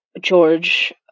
George